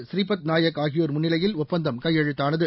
ஸ்ரீபத் நாயக் ஆகியோர் முன்னிலையில் ஒப்பந்தம் கையெழுத்தானது